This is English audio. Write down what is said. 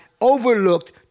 overlooked